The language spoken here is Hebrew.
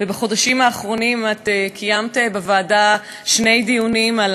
בחודשים האחרונים את קיימת בוועדה שני דיונים על